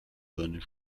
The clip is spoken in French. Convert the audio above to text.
bonnes